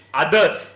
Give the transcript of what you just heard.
others